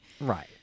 Right